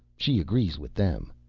she agrees with them.